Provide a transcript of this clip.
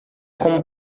como